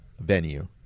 venue